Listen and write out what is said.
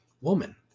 woman